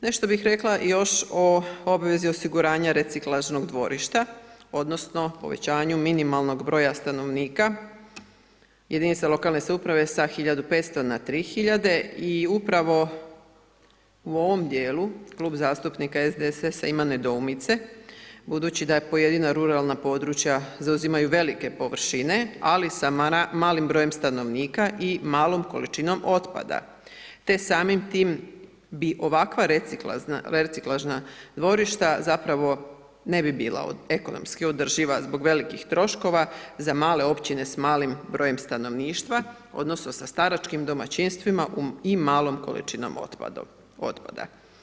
Nešto bih rekla još o obvezi osiguranja reciklažnog dvorišta odnosno povećanju minimalnog broja stanovnika jedinica lokalne samouprave sa 1.500 na 3.000 i upravo u ovom dijelu Klub zastupnika SDSS ima nedoumice budući da pojedina ruralna područja zauzimaju velike površine ali sa malim brojem stanovnika i malom količinom otpada te samim tim bi ovakva reciklažna dvorišta zapravo ne bi bila ekonomski održiva zbog velikih troškova za male općine s malim brojem stanovništva odnosno sa staračkim domaćinstvima i malom količinom otpada.